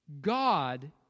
God